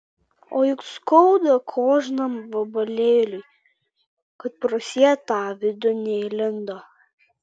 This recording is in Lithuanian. o juk skauda kožnam vabalėliui kad pro sietą vidun neįlindo